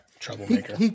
troublemaker